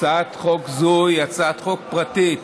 הצעת חוק זו היא הצעת חוק פרטית